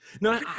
no